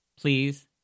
please